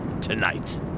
tonight